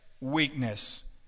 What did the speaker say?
weakness